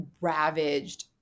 ravaged